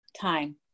time